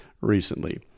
recently